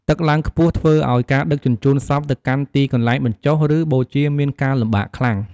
ទឹកឡើងខ្ពស់ធ្វើឲ្យការដឹកជញ្ជូនសពទៅកាន់ទីកន្លែងបញ្ចុះ ឬបូជាមានការលំបាកខ្លាំង។